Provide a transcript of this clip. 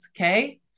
Okay